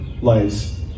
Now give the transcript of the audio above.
lives